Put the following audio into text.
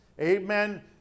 Amen